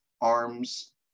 arms